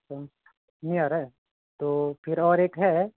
अच्छा नहीं आ रहा है तो फिर और एक है